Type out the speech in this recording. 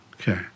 Okay